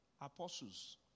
apostles